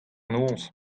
noz